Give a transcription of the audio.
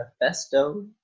manifesto